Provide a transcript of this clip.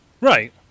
Right